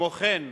כמו כן,